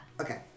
Okay